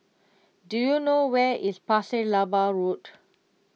do you know where is Pasir Laba Road